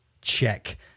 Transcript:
check